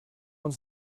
uns